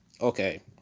Okay